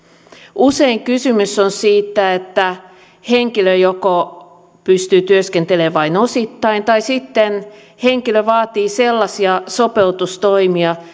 usein kysymys on siitä että henkilö joko pystyy työskentelemään vain osittain tai sitten henkilö vaatii sellaisia sopeutustoimia